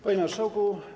Panie Marszałku!